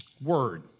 Word